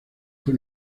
fue